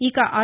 ఇక ఆర్